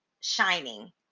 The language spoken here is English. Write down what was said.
shining